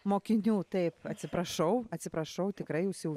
mokinių taip atsiprašau atsiprašau tikrai jūs jau